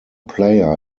player